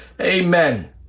Amen